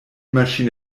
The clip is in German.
maschine